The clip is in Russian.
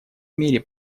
мере